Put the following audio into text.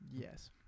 Yes